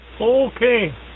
Okay